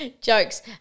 Jokes